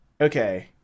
okay